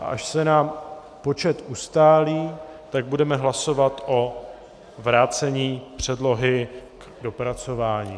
Až se nám počet ustálí, tak budeme hlasovat o vrácení předlohy k dopracování...